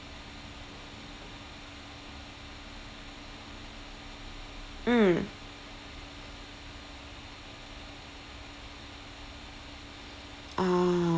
mm ah